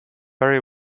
very